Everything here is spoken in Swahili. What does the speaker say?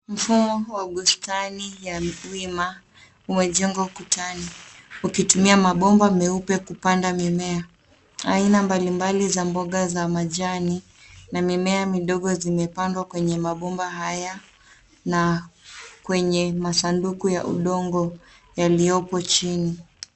Mfumo wa bustani ya wima umejengwa ukutani. ukitumia mabomba meupe kupanda mimea. Aina mbalimbali za mboya ya majani na mimea midogo zimepandwa kwenye mabomba haya na kwenye masanduku ya udongo yaliyoko chini.